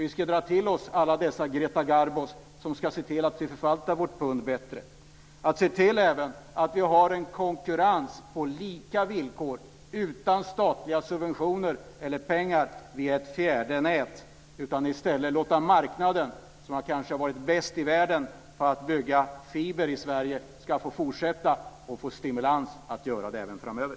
Vi ska dra till oss alla dessa Greta Garbo-personer som ska se till att vi förvaltar vårt pund bättre. Vi ska även se till att vi har en konkurrens på lika villkor utan statliga subventioner eller pengar via ett fjärde nät. Vi ska i stället låta marknaden, som kanske har varit bäst i världen på att bygga fiber i Sverige, fortsätta och få stimulans att göra det även framöver.